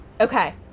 Okay